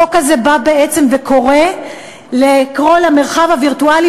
החוק הזה בא וקורא לכל המרחב הווירטואלי